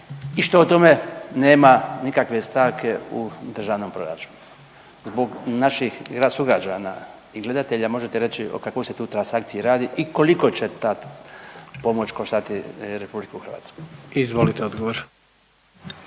što o tome nema nikakve stavke u državnom proračunu. Zbog naših sugrađana i gledatelje možete reći o kakvoj se tu transakciji radi i koliko će ta pomoć koštati Republiku Hrvatsku? **Jandroković,